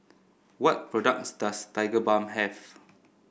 what products does Tigerbalm have